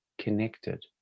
connected